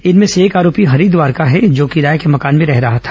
इनमें से एक आरोपी हरिद्वार का है जो किराए के मकान में रह रहा थ